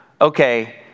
okay